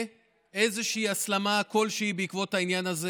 איזושהי הסלמה כלשהי בעקבות העניין הזה.